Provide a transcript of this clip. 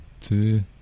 two